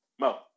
Mo